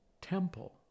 temple